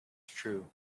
true